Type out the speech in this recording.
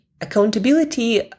accountability